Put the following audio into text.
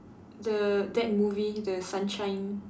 the that movie the sunshine